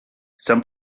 some